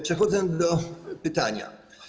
Przechodząc do pytania.